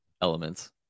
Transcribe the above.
elements